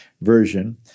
version